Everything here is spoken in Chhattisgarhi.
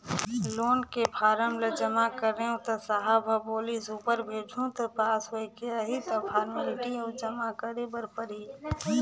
लोन के फारम ल जमा करेंव त साहब ह बोलिस ऊपर भेजहूँ त पास होयके आही त फारमेलटी अउ जमा करे बर परही